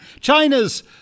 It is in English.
China's